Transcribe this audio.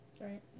right